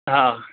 हा